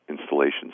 installations